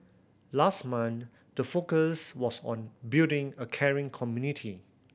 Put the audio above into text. last month the focus was on building a caring community